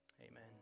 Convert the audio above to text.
amen